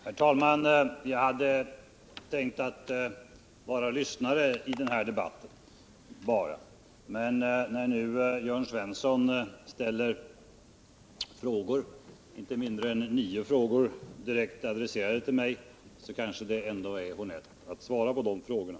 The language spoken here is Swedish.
Herr talman! Jag hade tänkt att jag bara skulle lyssna till den här debatten, men när nu Jörn Svensson ställer inte mindre än nio frågor, direkt adresserade till mig, kanske det ändå är honnett att svara på de frågorna.